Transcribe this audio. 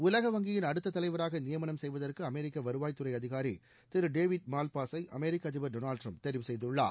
உலக வங்கியின் அடுத்த தலைவராக நியமனம் செய்வதற்கு அமெரிக்க வருவாய்த்துறை அதிகாரி திரு டேவிட் மால்பாசை அமெரிக்க அதிபர் டொனால்டு டிரம்ப் தெரிவு செய்துள்ளார்